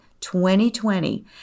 2020